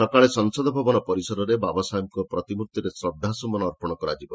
ସକାଳେ ସଂସଦ ଭବନ ପରିସରରେ ବାବାସାହେବଙ୍କ ପ୍ରତିମ୍ଭିରେ ଶ୍ରଦ୍ଧାସୁମନ ଅର୍ପଣ କରାଯିବ